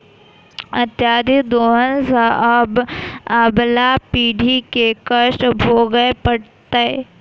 अत्यधिक दोहन सँ आबअबला पीढ़ी के कष्ट भोगय पड़तै